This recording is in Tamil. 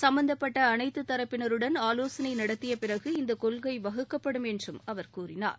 சும்பந்தப்பட்ட அனைத்து தரப்பினருடன் ஆலோசனை நடத்திய பிறகு இந்த கொள்கை வகுக்கப்படும் என்று அவர் கூறினார்